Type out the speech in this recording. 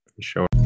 Sure